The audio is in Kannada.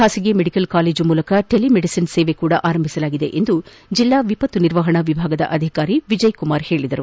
ಬಾಸಗಿ ಮೆಡಿಕಲ್ ಕಾಲೇಜು ಮೂಲಕ ಟೆಲಿ ಮೆಡಿಷನ್ ಸೇವೆ ಕೂಡ ಆರಂಭಿಸಲಾಗಿದೆ ಎಂದು ಜಿಲ್ಲಾ ವಿವತ್ತು ನಿರ್ವಹಣಾ ವಿಭಾಗದ ಅಧಿಕಾರಿ ವಿಜಯ್ಕುಮಾರ್ ತಿಳಿಸಿದ್ದಾರೆ